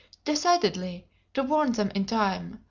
decidedly to warn them in time.